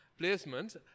placements